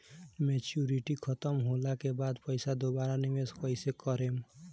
Maturity खतम होला के बाद पईसा दोबारा निवेश कइसे करेम?